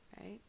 right